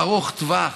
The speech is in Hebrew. ארוך טווח,